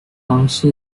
方式